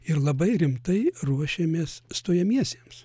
ir labai rimtai ruošiamės stojamiesiems